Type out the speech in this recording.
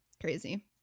Crazy